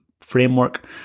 framework